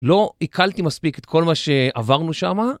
לא עיקלתי מספיק את כל מה שעברנו שמה.